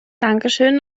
dankeschön